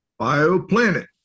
BioPlanet